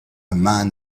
man